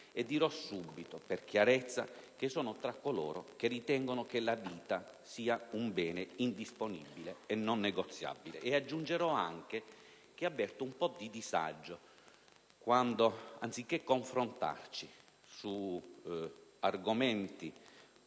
Dirò subito, per chiarezza, che sono tra coloro che ritengono che la vita sia un bene indisponibile e non negoziabile. Aggiungerò anche che avverto un po' di disagio quando, anziché confrontarci su argomenti